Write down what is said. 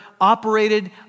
operated